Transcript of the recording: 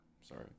sorry